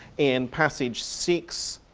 in passage six,